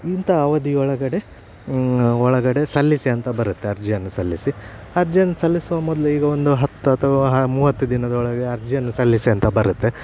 ಇಂತಹ ಅವಧಿಯೊಳಗಡೆ ಒಳಗಡೆ ಸಲ್ಲಿಸಿ ಅಂತ ಬರುತ್ತೆ ಅರ್ಜಿಯನ್ನು ಸಲ್ಲಿಸಿ ಅರ್ಜಿಯನ್ನು ಸಲ್ಲಿಸುವ ಮೊದಲು ಈಗ ಒಂದು ಹತ್ತು ಅಥವಾ ಮೂವತ್ತು ದಿನದ ಒಳಗೆ ಅರ್ಜಿಯನ್ನು ಸಲ್ಲಿಸಿ ಅಂತ ಬರುತ್ತೆ